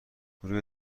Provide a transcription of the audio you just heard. روی